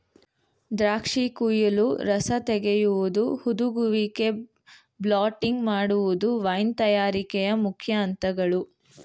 ದ್ರಾಕ್ಷಿ ಕುಯಿಲು, ರಸ ತೆಗೆಯುವುದು, ಹುದುಗುವಿಕೆ, ಬಾಟ್ಲಿಂಗ್ ಮಾಡುವುದು ವೈನ್ ತಯಾರಿಕೆಯ ಮುಖ್ಯ ಅಂತಗಳು